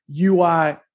UI